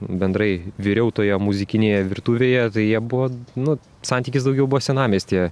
bendrai viriau toje muzikinėje virtuvėje tai jie buvo nu santykis daugiau buvo senamiestyje